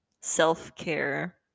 self-care